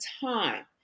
time